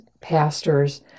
pastors